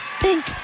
pink